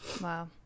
wow